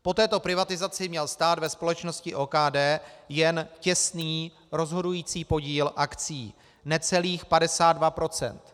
Po této privatizaci měl stát ve společnosti OKD jen těsný rozhodující podíl akcií, necelých 52 %.